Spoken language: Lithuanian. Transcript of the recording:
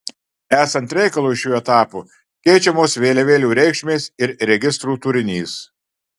esant reikalui šiuo etapu keičiamos vėliavėlių reikšmės ir registrų turinys